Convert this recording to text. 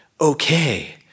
okay